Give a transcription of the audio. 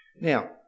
Now